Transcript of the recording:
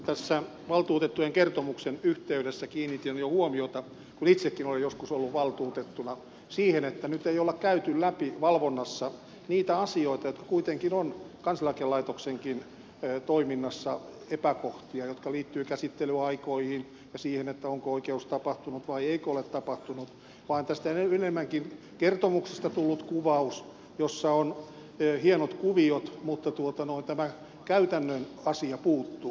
tässä valtuutettujen kertomuksen yhteydessä kiinnitin jo huomiota kun itsekin olen joskus ollut valtuutettuna siihen että nyt ei olla käyty läpi valvonnassa niitä asioita jotka kuitenkin ovat kansaneläkelaitoksenkin toiminnassa epäkohtia jotka liittyvät käsittelyaikoihin ja siihen onko oikeus tapahtunut vai eikö ole tapahtunut vaan tässä on ennemminkin kertomuksesta tullut kuvaus jossa on hienot kuviot mutta tämä käytännön asia puuttuu